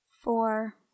Four